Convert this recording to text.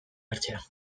hartzea